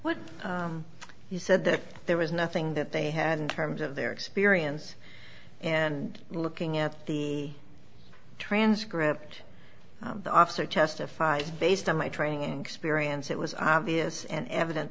what you said that there was nothing that they had in terms of their experience and looking at the transcript the officer testified based on my training experience it was obvious and evident